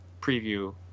preview